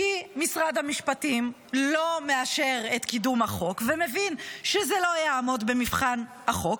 כי משרד המשפטים לא מאשר את קידום החוק ומבין שזה לא יעמוד במבחן החוק,